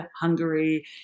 Hungary